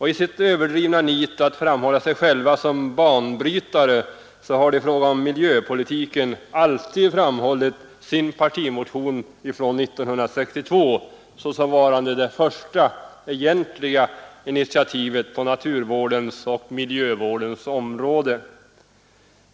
I sitt överdrivna nit att framhålla sig själv som banbrytare har man i fråga om miljöpolitiken alltid pekat på sin partimotion från 1962 såsom varande det första egentliga initiativet på naturvårdens och miljövårdens område.